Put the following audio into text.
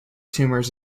tumors